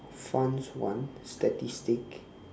fun one statistic